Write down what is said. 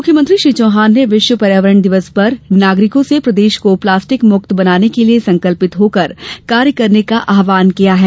मुख्यमंत्री श्री चौहान ने विश्व पर्यावरण दिवस पर नागरिकों से प्रदेश को प्लास्टिक मुक्त बनाने के लिये संकल्पित होकर कार्य करने का आव्हान किया है